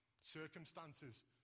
circumstances